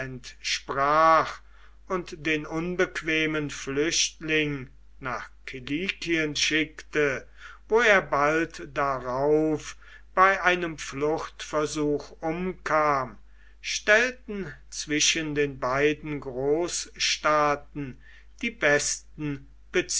entsprach und den unbequemen flüchtling nach kilikien schickte wo er bald darauf bei einem fluchtversuch umkam stellten zwischen den beiden großstaaten die besten